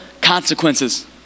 consequences